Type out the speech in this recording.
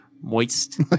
moist